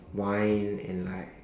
whine and like